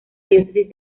diócesis